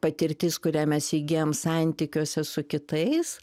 patirtis kurią mes įgyjam santykiuose su kitais